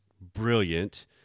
brilliant